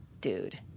dude